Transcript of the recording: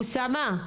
אוסאמה,